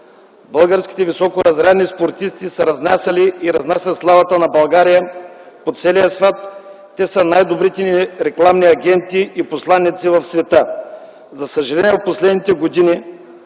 Българските високоразрядни спортисти са разнасяли и разнасят славата на България по целия свят. Те са най-добрите ни рекламни агенти и посланици в света. За съжаление през последните години